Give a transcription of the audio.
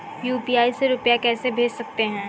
UPI से रुपया कैसे भेज सकते हैं?